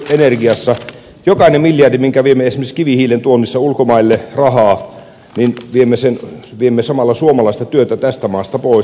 jokaisen miljardin myötä minkä viemme esimerkiksi kivihiilen tuonnissa ulkomaille rahaa veimme samalla suomalaista työtä tästä maasta pois